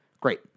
Great